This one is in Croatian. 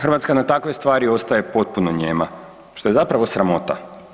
Hrvatska na takve stvari ostaje potpuno nijema što je zapravo sramota.